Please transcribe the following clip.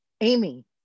Amy